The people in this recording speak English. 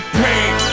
paint